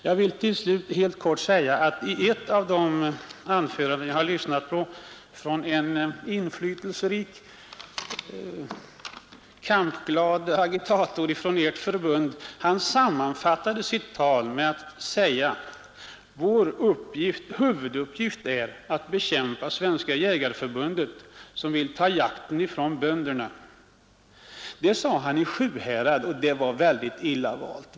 Jag vill till slut helt kort säga att en inflytelserik och kampglad agitator från ert förbund i ett av de anföranden jag lyssnat till sammanfattade sitt tal med att säga att ”vår huvuduppgift är att bekämpa Svenska jägarförbundet som vill ta jakträtten från bönderna”. Det sade han i Sjuhärad, men det var en mycket illa vald plats.